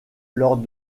lors